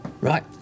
Right